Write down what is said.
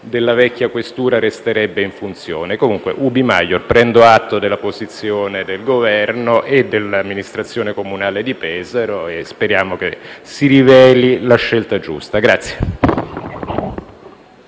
della vecchia questura resterebbe in funzione. Comunque, *ubi maior*, prendo atto della posizione del Governo e dell'amministrazione comunale di Pesaro e speriamo che si riveli la scelta giusta.